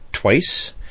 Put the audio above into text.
twice